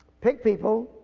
pick people.